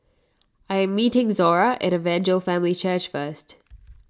I am meeting Zora at Evangel Family Church first